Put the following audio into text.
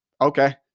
Okay